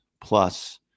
plus –